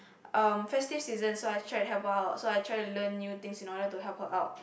um festive seasons so I try to help her out so I was trying to learning new things in order to help her out